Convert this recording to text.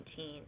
2019